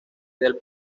del